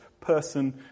person